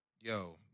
yo